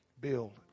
Build